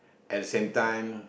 and same time